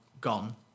gone